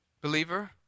Believer